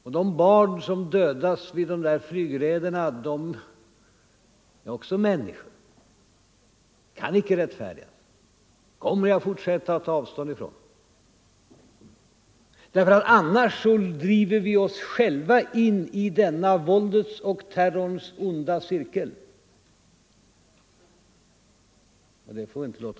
Och de barn som dödas vid flygräderna är också människor. Det kan icke rättfärdigas. Det kommer jag att fortsätta att ta avstånd från, för annnars driver vi oss själva in i denna våldets och terrorns onda cirkel, och det får inte ske.